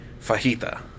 fajita